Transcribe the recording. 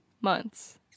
months